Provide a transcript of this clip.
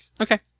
Okay